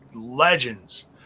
legends